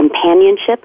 companionship